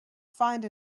find